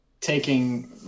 taking